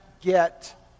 get